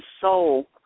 soul